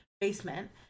basement